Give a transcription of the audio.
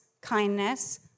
kindness